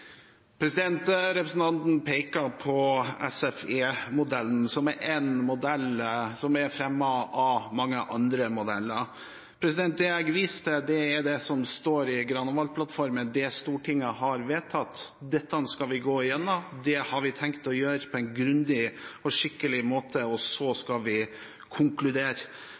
Representanten peker på SFE-modellen, én av mange modeller. Det jeg viste til, er det som står i Granavolden-plattformen, og det Stortinget har vedtatt. Dette skal vi gå igjennom. Det har vi tenkt å gjøre på en grundig og skikkelig måte, og så skal vi konkludere